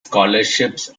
scholarships